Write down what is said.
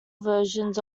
versions